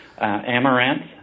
amaranth